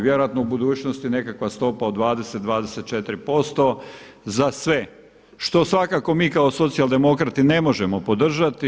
Vjerojatno u budućnosti nekakva stopa od 20, 24% za sve što svakako mi kao socijaldemokrati ne možemo podržati.